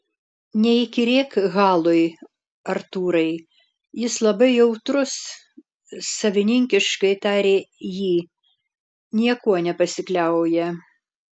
neįkyrėk halui artūrai jis labai jautrus savininkiškai tarė ji niekuo nepasikliauja